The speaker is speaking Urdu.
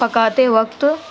پکاتے وقت